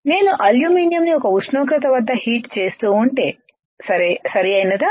నేను అల్యూమినియం ని ఒక ఉష్ణోగ్రత వద్ద హీట్ చేస్తూ ఉంటే సరియైనదా